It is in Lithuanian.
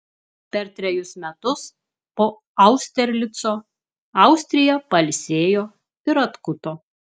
per trejus metus po austerlico austrija pailsėjo ir atkuto